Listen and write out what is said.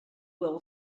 will